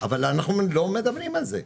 אבל אנחנו לא מדברים על זה.